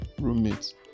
roommates